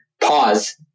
pause